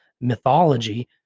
mythology